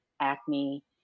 acne